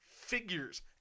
figures